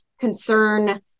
concern